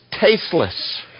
tasteless